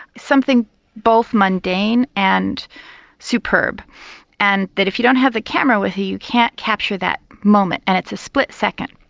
something both mundane and superb and then if you don't have the camera with you you can't capture that moment and it's a split second.